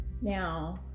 now